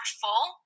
full